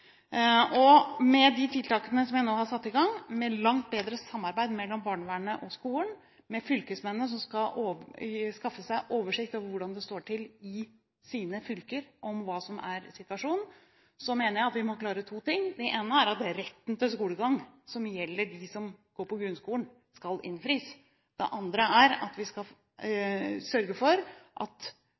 dag. Med de tiltakene jeg nå har satt i gang, med langt bedre samarbeid mellom barnevernet og skolen – og med fylkesmennene, som skal skaffe seg oversikt over hvordan det står til i sine fylker når det gjelder hva som er situasjonen – mener jeg vi må klare to ting. Det ene er at retten til skolegang – som gjelder dem som går i grunnskolen – skal innfris. Det andre er at vi skal sørge for at